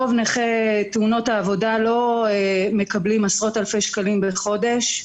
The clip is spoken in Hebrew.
רוב נכי תאונות העבודה לא מקבלים עשרות אלפי שקלים בחודש.